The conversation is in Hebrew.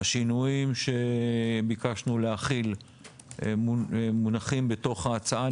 השינויים שביקשנו להחיל מונחים בתוך ההצעה.